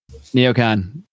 Neocon